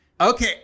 Okay